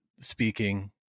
speaking